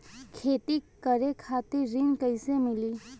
खेती करे खातिर ऋण कइसे मिली?